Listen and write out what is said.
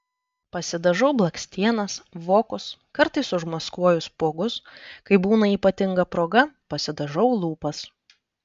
pasidažau blakstienas vokus kartais užmaskuoju spuogus kai būna ypatinga proga pasidažau lūpas